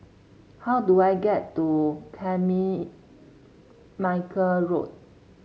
how do I get to Road